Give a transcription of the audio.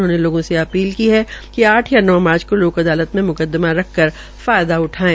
उन्होंने लोगों से अपील की है कि आठ व नौ मार्च को लोक अदालत में मुकदमा रख्कर फायदा उठाये